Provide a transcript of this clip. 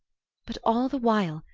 but all the while,